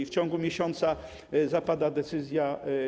W ciągu miesiąca zapada decyzja.